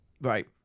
right